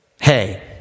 Hey